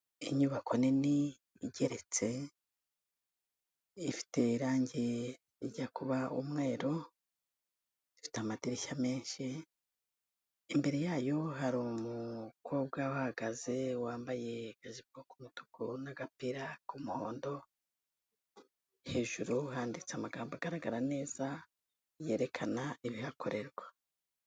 Inyubako nini igeretse ifite irangi ijya kuba umweru, ifite amadirishya menshi imbere yayo haru umukobwa uhagaze wambaye ijipo k'umutuku n'agapira k'umuhondo, hejuru handitse amagambo agaragara neza yerekana ibihakorerwa.